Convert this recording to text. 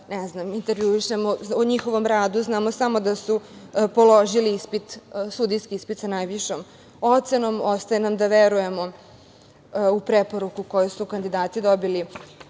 upoznamo, da intervjuišemo. O njihovom radu znamo samo da su položili sudijski ispit sa najvišom ocenom. Ostaje nam da verujemo u preporuku koju su kandidati dobili